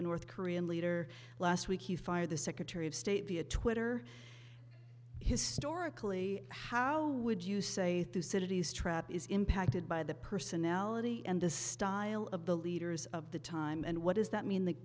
the north korean leader last week he fired the secretary of state via twitter historically how would you say two cities trap is impacted by the personality and the style of the leaders of the time and what does that mean th